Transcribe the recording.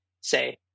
say